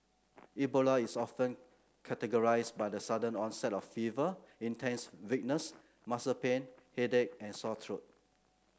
Ebola is often characterised by the sudden onset of fever intense weakness muscle pain headache and sore throat